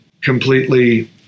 completely